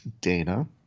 Dana